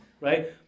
right